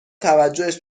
توجهش